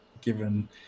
given